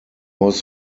was